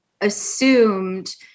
assumed